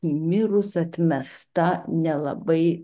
mirus atmesta nelabai